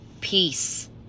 peace